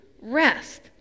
rest